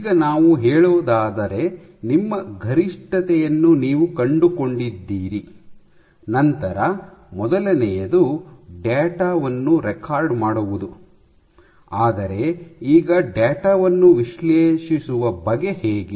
ಈಗ ನಾವು ಹೇಳೋದಾದರೆ ನಿಮ್ಮ ಗರಿಷ್ಠತೆಯನ್ನು ನೀವು ಕಂಡುಕೊಂಡಿದ್ದೀರಿ ನಂತರ ಮೊದಲನೆಯದು ಡೇಟಾ ವನ್ನು ರೆಕಾರ್ಡ್ ಮಾಡುವುದು ಆದರೆ ಈಗ ಡೇಟಾ ವನ್ನು ವಿಶ್ಲೇಷಿಸುವ ಬಗೆ ಹೇಗೆ